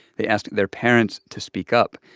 they asked their parents to speak up.